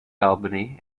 albany